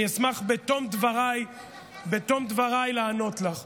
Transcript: אני אשמח בתום דבריי לענות לך.